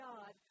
God